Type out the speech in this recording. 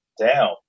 down